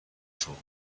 soul